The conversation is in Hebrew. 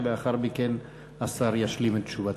ולאחר מכן השר ישלים את תשובתו.